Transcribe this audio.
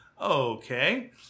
okay